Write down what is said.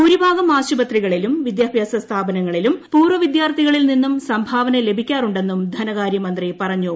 ഭൂരിഭാഗം ആശുപത്രികളിലും വിദ്യാഭ്യാസ സ്ഥാപനങ്ങളിലും പൂർവ വിദ്യാർഥികളിൽ നിന്നും സംഭാവന ലഭിക്കാറുണ്ടെന്നും ധനകാരൃമന്ത്രി പറഞ്ഞു